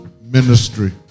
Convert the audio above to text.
ministry